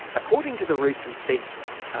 according to the recent census,